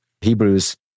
Hebrews